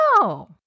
No